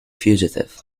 fugitive